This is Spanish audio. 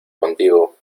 contigo